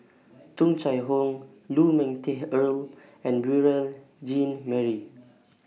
Tung Chye Hong Lu Ming Teh Earl and Beurel Jean Marie